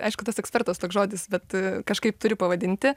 aišku tas ekspertas toks žodis bet kažkaip turi pavadinti